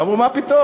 ואמרו: מה פתאום?